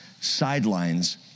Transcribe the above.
Sidelines